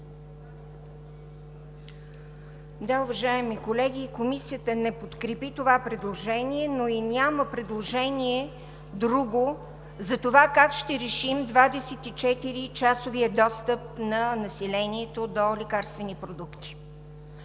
Да, уважаеми колеги, Комисията не подкрепи това предложение, но и няма друго предложение как да решим 24-часовия достъп на населението до лекарствени продукти.